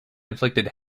inflicted